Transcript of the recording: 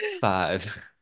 five